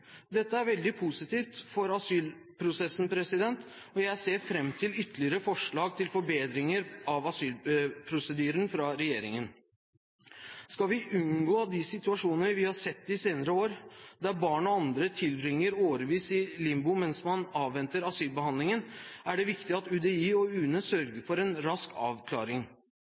Dette er veldig positivt for asylprosessen, og jeg ser fram til ytterligere forslag til forbedringer av asylprosedyren fra regjeringen. Skal vi unngå de situasjoner vi har sett de senere år, der barn og andre tilbringer årevis i limbo mens man avventer asylbehandlingen, er det viktig at UDI og UNE sørger for en rask avklaring.